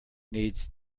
needs